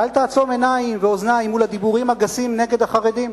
ואל תעצום עיניים ואוזניים מול הדיבורים הגסים נגד החרדים.